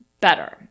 better